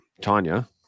Tanya